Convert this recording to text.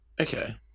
Okay